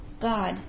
God